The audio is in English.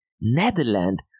Netherlands